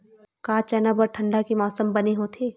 का चना बर ठंडा के मौसम बने होथे?